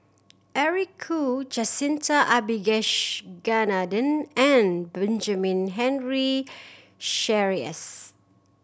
Eric Khoo Jacintha and Benjamin Henry Sheares